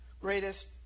greatest